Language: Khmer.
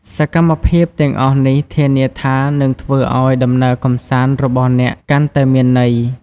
សកម្មភាពទាំងអស់នេះធានាថានឹងធ្វើឲ្យដំណើរកម្សាន្តរបស់អ្នកកាន់តែមានន័យ។